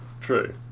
true